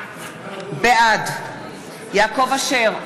בעד יעקב אשר,